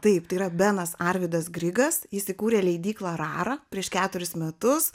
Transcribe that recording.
taip tai yra benas arvydas grigas jis įkūrė leidyklą rarą prieš keturis metus